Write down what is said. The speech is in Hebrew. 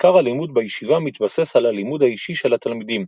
עיקר הלימוד בישיבה מתבסס על הלימוד האישי של התלמידים,